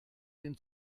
den